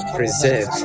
preserve